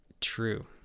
True